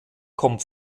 kommt